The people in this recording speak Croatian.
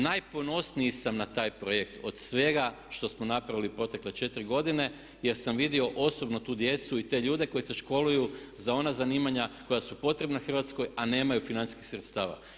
Najponosniji sam na taj projekt, od svega što smo napravili u protekle 4 godine, jer sam vidio osobno tu djecu i te ljude koji se školuju za ona zanimanja koja su potrebna Hrvatskoj a nemaju financijskih sredstava.